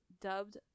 dubbed